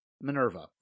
Minerva